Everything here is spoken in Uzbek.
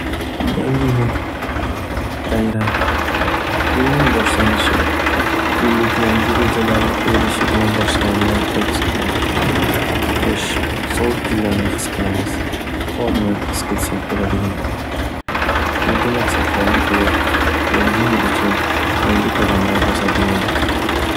Yangi yil. Bayram. Yilning boshlanishi, yillik yangi rejalarni qo’yilishi bilan boshlanadigan oy hisoplanadi. Qish sovuq kunlarni his qilamiz qorni his qilsak bo’ladigan oy. Yangi maqsadlarni qo’yib yangi yil uchun yangi qadamlar bosadigan oy.